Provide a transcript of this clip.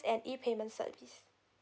and E payment service